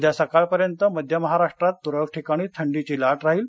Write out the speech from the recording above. उद्या सकाळ पर्यंत मध्य महाराष्ट्रात तुरळक ठिकाणी थंडीची लाट राहील